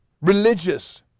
religious